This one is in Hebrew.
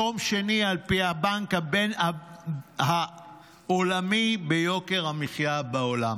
מקום שני על פי הבנק העולמי ביוקר המחיה בעולם.